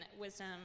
wisdom